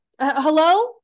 hello